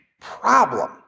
problem